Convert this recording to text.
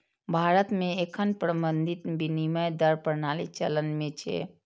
भारत मे एखन प्रबंधित विनिमय दर प्रणाली चलन मे छै